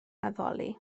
addoli